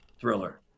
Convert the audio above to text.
thriller